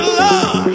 love